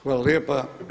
hvala lijepa.